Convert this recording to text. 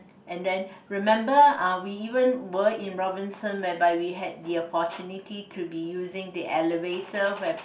and then remember uh we even were in Robinson whereby we had the opportunity to be using the elevator where